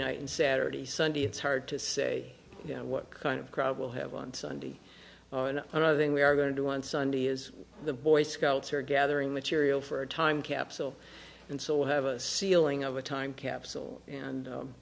night and saturday sunday it's hard to say what kind of crowd will have on sunday and another thing we are going to do on sunday is the boy scouts are gathering material for a time capsule and so have a ceiling of a time capsule and